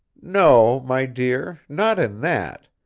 no, my dear, not in that.